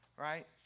Right